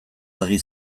argi